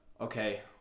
okay